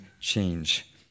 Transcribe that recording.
change